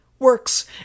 works